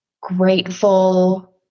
grateful